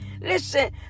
listen